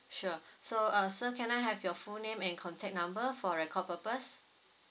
sure so uh sir can I have your full name and contact number for record purpose